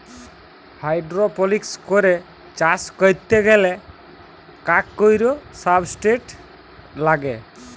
hydroponics করে চাষ ক্যরতে গ্যালে কাক কৈর সাবস্ট্রেট লাগে